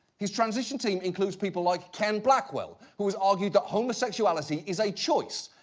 his transition team includes people like ken blackwell, who's argued that homosexuality is a choice,